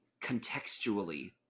contextually